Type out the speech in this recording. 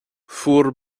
fuair